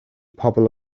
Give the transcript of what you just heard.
pobl